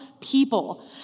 people